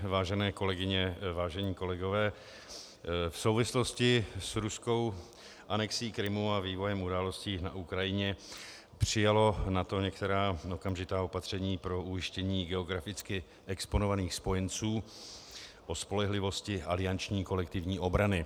Vážené kolegyně, vážení kolegové, v souvislosti s ruskou anexí Krymu a vývojem událostí na Ukrajině přijalo NATO některá okamžitá opatření pro ujištění geograficky exponovaných spojenců o spolehlivosti alianční kolektivní obrany.